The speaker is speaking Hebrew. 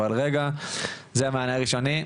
אבל רגע זה מענה ראשוני.